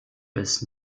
bis